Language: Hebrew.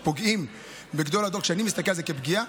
ולא מעל בימת הכנסת.